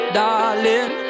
darling